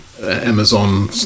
Amazon